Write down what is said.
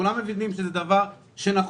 כולם מבינים שזה נחוץ.